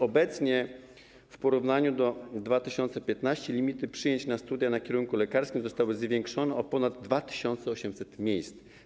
Obecnie w porównaniu do 2015 r. limity przyjęć na studia na kierunku lekarskim zostały zwiększone o ponad 2800 miejsc.